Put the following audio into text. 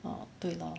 orh 对 lor